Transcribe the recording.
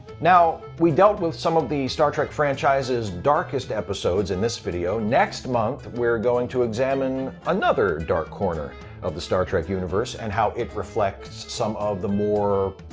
now, we dealt with some of the star trek franchise's darkest episodes in this video. next month, we're going to examine another dark corner of the star trek universe, and how it reflects some of the more,